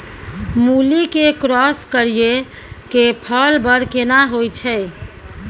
मूली के क्रॉस करिये के फल बर केना होय छै?